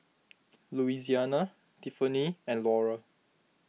Louisiana Tiffany and Laura